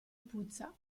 puzza